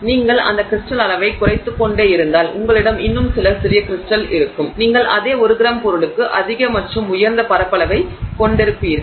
நீங்கள் அந்த கிரிஸ்டல் அளவைக் குறைத்துக்கொண்டே இருந்தால் உங்களிடம் இன்னும் பல சிறிய கிரிஸ்டல் இருக்கும் நீங்கள் அதே 1 கிராம் பொருளுக்கு அதிக மற்றும் உயர்ந்த பரப்பளவைக் கொண்டிருப்பீர்கள்